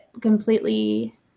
completely